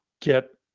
get